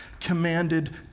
commanded